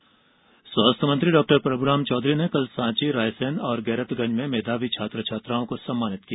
सम्मान स्वास्थ्य मंत्री डॉक्टर प्रभूराम चौधरी ने कल साँची रायसेन और गैरतगंज में मेधावी छात्र छात्राओं को सम्मानित किया